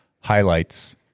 Highlights